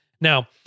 Now